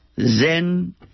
Zen